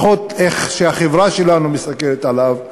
לפחות כמו שהחברה שלנו מסתכלת עליו,